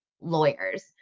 lawyers